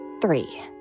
three